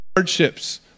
Hardships